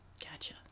Gotcha